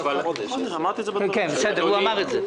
זה ברור, על זה אין ויכוח.